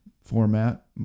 format